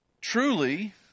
Truly